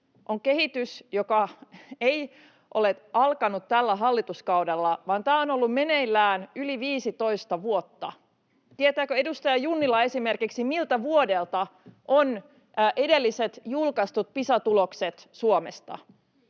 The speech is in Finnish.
on kehitys, joka ei ole alkanut tällä hallituskaudella, vaan tämä on ollut meneillään yli 15 vuotta. [Arto Satonen: Jatkunut koko ajan!] Tietääkö edustaja Junnila esimerkiksi, miltä vuodelta ovat edelliset julkaistut Pisa-tulokset Suomesta?